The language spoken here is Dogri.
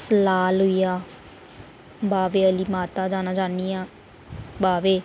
सलाल होई गेआ बाह्वे आह्ली माता जाना चाह्न्नी आं बाह्वे